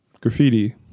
Graffiti